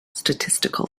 statistical